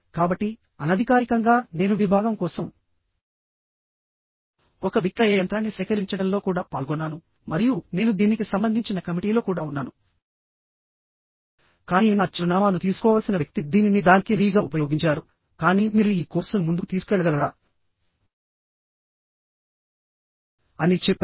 కాబట్టి అనధికారికంగా నేను విభాగం కోసం ఒక విక్రయ యంత్రాన్ని సేకరించడంలో కూడా పాల్గొన్నాను మరియు నేను దీనికి సంబంధించిన కమిటీలో కూడా ఉన్నాను కానీ నా చిరునామాను తీసుకోవలసిన వ్యక్తి దీనిని దానికి రీగా ఉపయోగించారుకానీ మీరు ఈ కోర్సును ముందుకు తీసుకెళ్లగలరా అని చెప్పారు